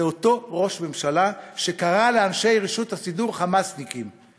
זה אותו ראש ממשלה שקרא לאנשי רשות השידור "חמאסניקים";